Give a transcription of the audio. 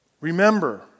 Remember